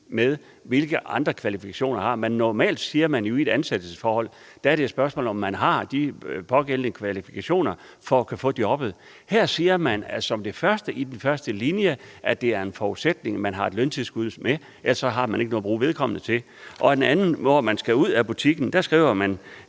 med, hvilke andre kvalifikationer vedkommende har. Normalt siger man jo, at i et ansættelsesforhold er det et spørgsmål om, at vedkommende har nogle bestemte kvalifikationer for at kunne få jobbet. Her siger man som det første i den første linje, at det er en forudsætning, at der er et løntilskud med, ellers har man ikke noget at bruge vedkommende til. Om det andet, altså når vedkommende skal ud af butikken, skriver man: